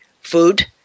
food